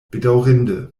bedaŭrinde